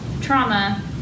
trauma